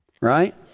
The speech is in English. right